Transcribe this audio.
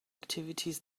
activities